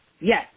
yes